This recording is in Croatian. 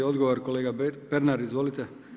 Odgovor kolega Pernar, izvolite.